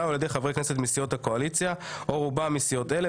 או על ידי חברי כנסת מסיעות הקואליציה או רובם מסיעות אלה,